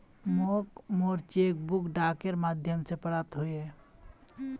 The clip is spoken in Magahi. मोक मोर चेक बुक डाकेर माध्यम से प्राप्त होइए